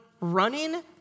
running